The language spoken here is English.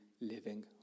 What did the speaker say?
living